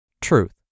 Truth